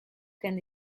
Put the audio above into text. can